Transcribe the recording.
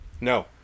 No